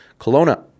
Kelowna